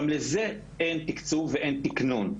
גם לזה אין תקצוב ואין תקנון.